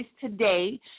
today